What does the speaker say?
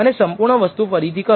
અને સંપૂર્ણ વસ્તુ ફરીથી કરો